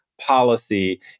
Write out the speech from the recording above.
policy